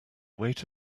weight